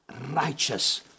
righteous